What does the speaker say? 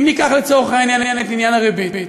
אם ניקח, לצורך העניין, את עניין הריבית: